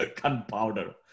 gunpowder